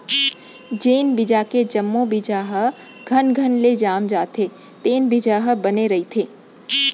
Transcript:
जेन बिजहा के जम्मो बीजा ह घनघन ले जाम जाथे तेन बिजहा ह बने रहिथे